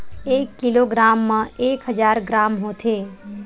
एक किलोग्राम मा एक हजार ग्राम होथे